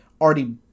already